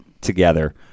together